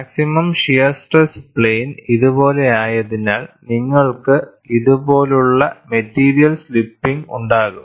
maximum shear stress plane ഇതുപോലെയായതിനാൽ നിങ്ങൾക്ക് ഇതുപോലുള്ള മെറ്റീരിയൽ സ്ലിപ്പിംഗ് ഉണ്ടാകും